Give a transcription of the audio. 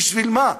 בשביל מה?